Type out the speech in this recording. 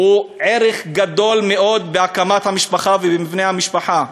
הוא ערך גדול מאוד בהקמת המשפחה ובמבנה המשפחה.